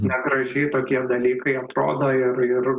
negražiai tokie dalykai atrodo ir ir